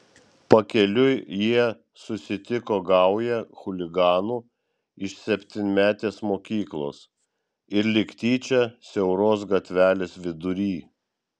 pakeliui jie susitiko gaują chuliganų iš septynmetės mokyklos ir lyg tyčia siauros gatvelės vidury